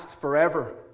forever